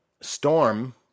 Storm